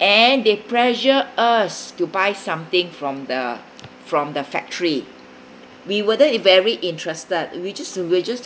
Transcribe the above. and they pressure us to buy something from the from the factory we weren't very interested we just we were just